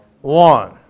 one